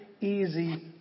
easy